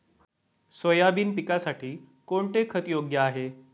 Soybean पिकासाठी कोणते खत योग्य आहे?